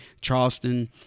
Charleston